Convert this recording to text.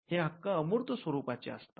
हे हक्क अमूर्त स्वरूपाचे असतात